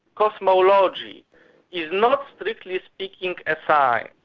cosmology is not strictly speaking a science.